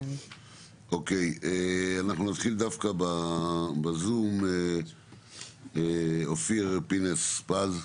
אוקיי, אנחנו נתחיל דווקא בזום, אופיר פינס פז.